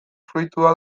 fruitua